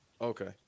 Okay